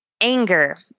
anger